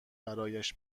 برایش